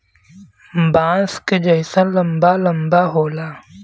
बाँस क जैसन लंबा लम्बा होला